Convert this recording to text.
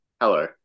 Hello